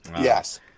Yes